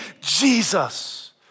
Jesus